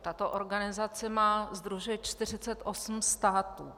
Tato organizace sdružuje 48 států.